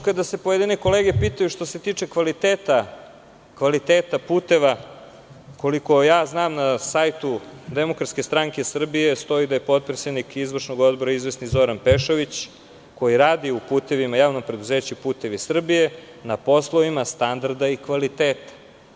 Kada se pojedine kolege pitaju što se tiče kvaliteta puteva, koliko ja znam, na sajtu DSS stoji da je potpredsednik izvršnog odbora izvesni Zoran Pešović koji radi u JP "Putevi Srbije" na poslovima standarda i kvaliteta.